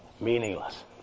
meaningless